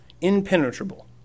impenetrable